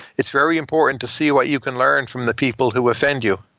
it's very important to see what you can learn from the people who offend you.